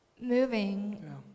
moving